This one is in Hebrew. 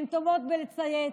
הן טובות בלצייץ,